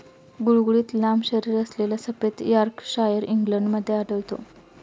गुळगुळीत लांब शरीरअसलेला सफेद यॉर्कशायर इंग्लंडमध्ये आढळतो